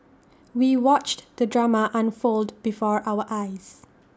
we watched the drama unfold before our eyes